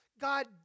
God